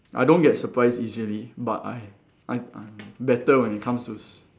I don't get surprised easily but I I'm I'm better when it comes to s~